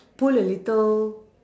pull a little